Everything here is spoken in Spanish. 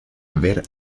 ver